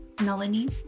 Melanie